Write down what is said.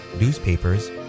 newspapers